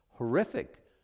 horrific